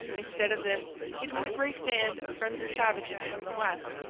instead of this it was a great band of friendly savages from the west,